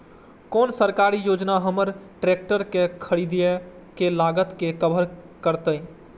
कोन सरकारी योजना हमर ट्रेकटर के खरीदय के लागत के कवर करतय?